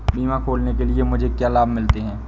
बीमा खोलने के लिए मुझे क्या लाभ मिलते हैं?